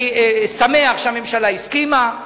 ואני שמח שהממשלה הסכימה.